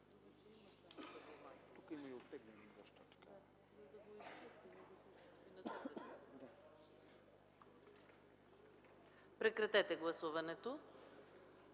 Прекратете гласуването!